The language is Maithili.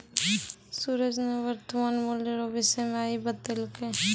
सूरज ने वर्तमान मूल्य रो विषय मे आइ बतैलकै